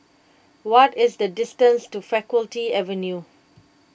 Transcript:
what is the distance to Faculty Avenue